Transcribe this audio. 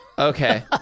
Okay